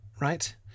right